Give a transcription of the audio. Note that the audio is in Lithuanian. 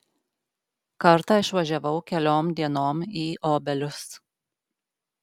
kartą išvažiavau keliom dienom į obelius